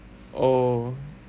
oh